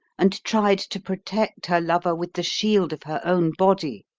and tried to protect her lover with the shield of her own body.